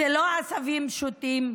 זה לא עשבים שוטים,